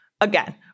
again